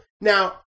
Now